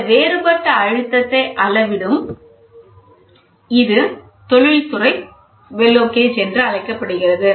இந்த வேறுபட்ட அழுத்தத்தை அளவிடும் இது தொழில்துறை பெல்லோ கேஜ் என்று அழைக்கப்படுகிறது